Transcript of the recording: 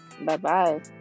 Bye-bye